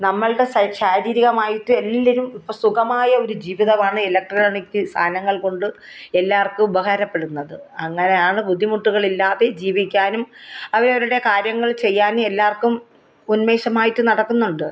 നമ്മളുടെ ശാരീരികമായിട്ട് എല്ലാവരും ഇപ്പം സുഖമായ ഒരു ജീവിതമാണ് ഇലക്ട്രോണിക്ക് സാധനങ്ങൾകൊണ്ട് എല്ലാവർക്കും ഉപകാരപ്പെടുന്നത് അങ്ങനെയാണ് ബുദ്ധിമുട്ടുകളില്ലാതെ ജീവിക്കാനും അവരവരുടെ കാര്യങ്ങൾ ചെയ്യാനും എല്ലാവർക്കും ഉന്മേഷമായിട്ട് നടക്കുന്നുണ്ട്